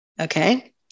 Okay